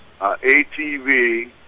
ATV